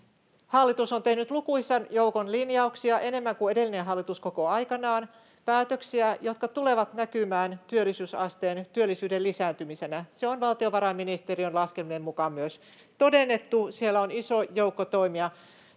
hallitus on tehnyt lukuisan joukon linjauksia, enemmän kuin edellinen hallitus koko aikanaan, päätöksiä, jotka tulevat näkymään työllisyyden lisääntymisenä. Se on valtiovarainministeriön laskelmien mukaan myös todennettu. Siellä on iso joukko toimia.